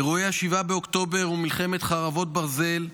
אירועי 7 באוקטובר ומלחמת חרבות ברזל,